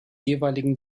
jeweiligen